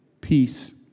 Peace